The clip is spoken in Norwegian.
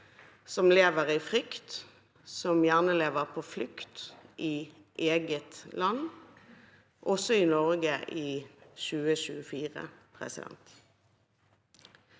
som lever i frykt, og som gjerne lever på flukt i eget land, også i Norge i 2024. De siste